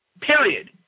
Period